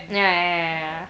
ya ya ya ya